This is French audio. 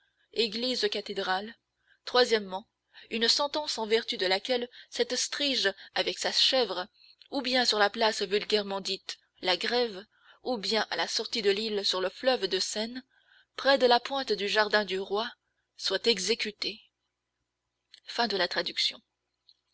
église cathédrale troisièmement une sentence en vertu de laquelle cette stryge avec sa chèvre ou bien sur la place vulgairement dite la grève ou bien à la sortie de l'île sur le fleuve de seine près de la pointe du jardin du roi soient exécutées